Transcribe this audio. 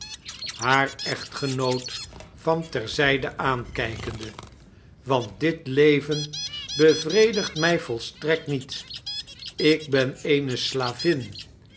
haar echtgenoot van ter zijde aankijkende want dit leven bevredigt mij volstrekt niet ik ben eene slavih